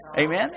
Amen